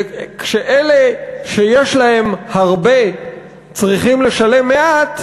וכשאלה שיש להם הרבה צריכים לשלם מעט,